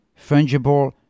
fungible